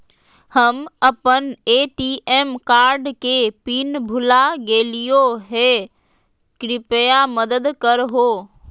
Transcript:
हम अप्पन ATM card के पिन भुला गेलिओ हे कृपया मदद कर हो